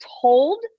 told